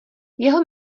jeho